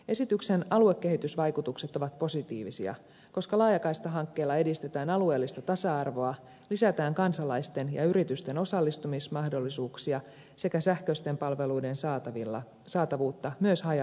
esityksen aluekehitysvaikutukset ovat positiivisia koska laajakaistahankkeella edistetään alueellista tasa arvoa ja lisätään kansalaisten ja yritysten osallistumismahdollisuuksia sekä sähköisten palveluiden saatavuutta myös haja asutusalueilla